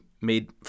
made